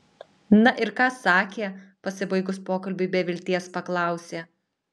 na ir ką sakė pasibaigus pokalbiui be vilties paklausė